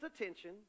attention